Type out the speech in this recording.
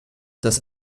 dass